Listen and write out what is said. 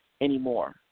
anymore